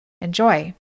Enjoy